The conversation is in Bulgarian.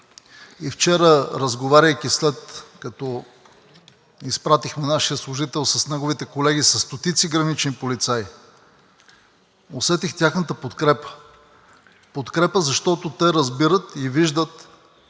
и вчера, разговаряйки, след като изпратихме нашия служител с неговите колеги със стотици гранични полицаи, усетих тяхната подкрепа, подкрепа, защото те разбират и виждат,